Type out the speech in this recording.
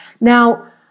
Now